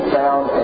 found